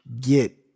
get